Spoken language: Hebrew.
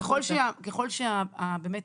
ככל שבאמת